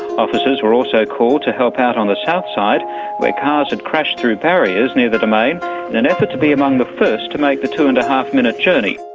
officers were also called to help out on the south side where cars had crashed through barriers near the domain in an effort to be among the first to make the two. and five minute journey.